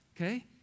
Okay